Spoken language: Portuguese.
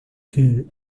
que